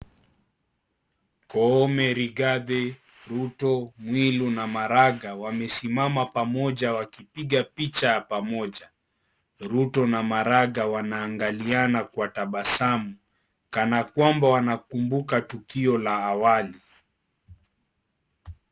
Koome, Righathi,,Ruto, Mwilu na Maraga wamesimama pamoja wakipiga picha pamoja Ruto na Maraga wanaangaliana kwa tabasamu kanakwamba wanakumbuka tukio la awali.